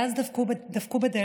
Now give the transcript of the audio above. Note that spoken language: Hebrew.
ואז דפקו בדלת.